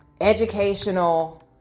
educational